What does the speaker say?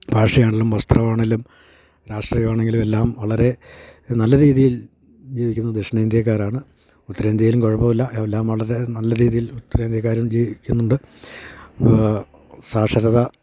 ഭാഷയാണെങ്കിലും വസ്ത്രമാണെങ്കിലും രാഷ്ട്രീയമാണെങ്കിലും എല്ലാം വളരെ നല്ല രീതിയിൽ ജീവിക്കുന്നത് ദക്ഷിണേന്ത്യക്കാരാണ് ഉത്തരേന്ത്യയിലും കുഴപ്പമില്ല എല്ലാം വളരെ നല്ല രീതിയിൽ ഉത്തരേന്ത്യക്കാരും ജീവിക്കുന്നുണ്ട് അപ്പോൾ സാക്ഷരത